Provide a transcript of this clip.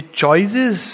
choices